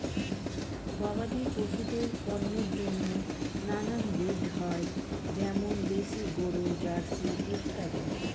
গবাদি পশুদের পণ্যের জন্য নানান ব্রিড হয়, যেমন দেশি গরু, জার্সি ইত্যাদি